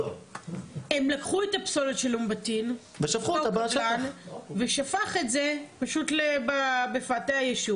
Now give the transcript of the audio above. הם לקחו את הפסולת של אום-בטין ושפכו את זה פשוט בפאתי הישוב.